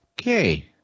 Okay